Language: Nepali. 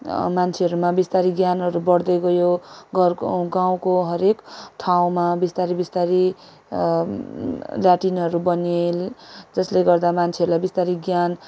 मान्छेहरूमा बिस्तारै ज्ञानहरू बढ्दै गयो घरको गाउँको हरेक ठाउँमा बिस्तारै बिस्तारै ल्याट्रिनहरू बनिए जसले गर्दा मान्छेहरूलाई बिस्तारै ज्ञान